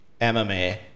MMA